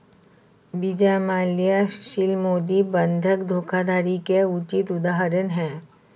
विजय माल्या सुशील मोदी बंधक धोखाधड़ी के उचित उदाहरण है